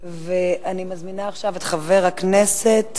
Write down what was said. אני מזמינה עכשיו את חבר הכנסת